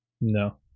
No